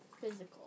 physical